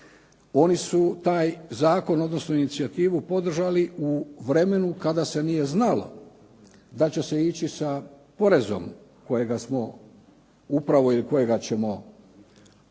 Oni su taj zakon, odnosno inicijativu podržali u vremenu kada se nije znalo da će se ići sa porezom kojega smo upravo ili kojega ćemo na moju